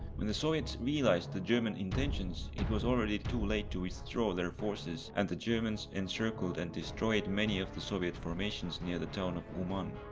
when the soviets realized the german intentions, it was already too late to withdraw their forces and the germans encircled and destroyed many of the soviet formations near the town of uman.